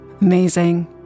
Amazing